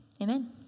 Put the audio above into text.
amen